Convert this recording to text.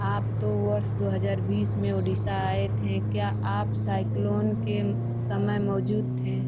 आप तो वर्ष दो हज़ार बीस में ओडिसा आए थे क्या आप साइक्लोन के समय मौजूद थे